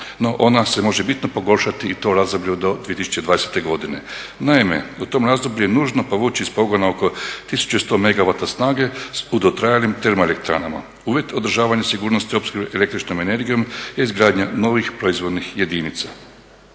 No, ona se može bitno pogoršati i to u razdoblju do 2020. godine. Naime, u tom razdoblju je nužno povući iz pogona oko 1100 megavata snage u dotrajalim termoelektranama. Uvjet održavanja sigurnosti opskrbe električnom energijom je izgradnja novih proizvodnih jedinica.